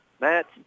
Matt